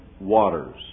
waters